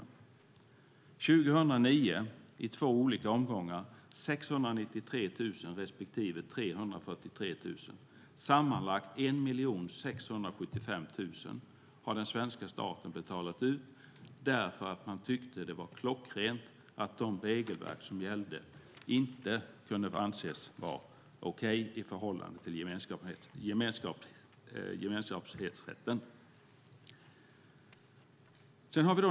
År 2009 fick staten i två olika omgångar betala ut 693 000 respektive 343 000 kronor. Sammanlagt 1 675 000 kronor har den svenska staten betalat ut därför att man tyckte att det var klockrent att de regelverk som gällde inte kunde anses vara okej i förhållande till gemenskapsrätten.